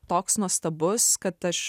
toks nuostabus kad aš